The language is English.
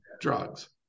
drugs